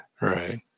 Right